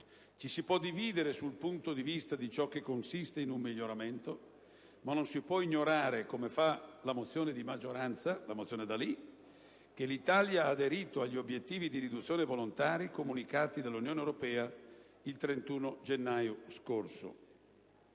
Ci si può dividere sul punto di vista di ciò che consiste in un miglioramento, ma non si può ignorare, come fa la mozione n. 248 del senatore D'Alì, che l'Italia ha aderito agli obiettivi di riduzione volontari comunicati dall'Unione europea il 31 gennaio scorso.